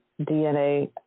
DNA